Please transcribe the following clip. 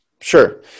Sure